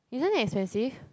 isn't it expensive